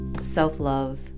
self-love